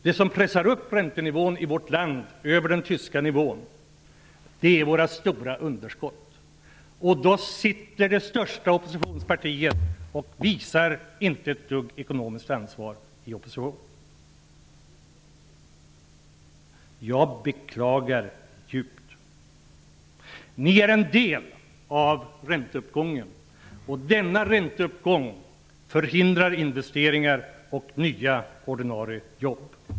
Det som pressar upp räntenivån i vårt land över den tyska är våra stora underskott. Då sitter det största oppositionspartiet och visar inte ett dugg ekonomiskt ansvar! Jag beklagar djupt. Ni har del i ränteuppgången. Denna ränteuppgång förhindrar investeringar och nya ordinarie jobb.